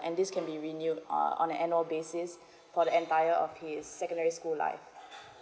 and this can be renewed uh on the annual basis for the entire of his secondary school life